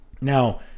Now